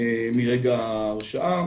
מרגע ההרשעה.